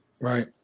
Right